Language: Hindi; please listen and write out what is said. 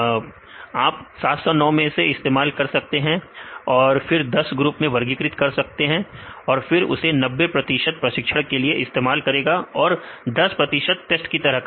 विद्यार्थी डाटा आप 709 मैं से इस्तेमाल कर सकते हैं और फिर 10 ग्रुप में वर्गीकृत करें फिर वह उसे 90 प्रतिशत प्रशिक्षण के लिए इस्तेमाल करेगा और 10 प्रतिशत टेस्ट की तरह